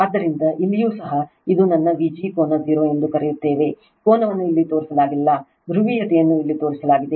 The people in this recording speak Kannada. ಆದ್ದರಿಂದ ಇಲ್ಲಿಯೂ ಸಹ ಇದು ನನ್ನ Vg ಕೋನ 0 ಎಂದು ಕರೆಯುತ್ತೇವೆ ಕೋನವನ್ನು ಇಲ್ಲಿ ತೋರಿಸಲಾಗಿಲ್ಲ ಧ್ರುವೀಯತೆಯನ್ನು ಇಲ್ಲಿ ತೋರಿಸಲಾಗಿದೆ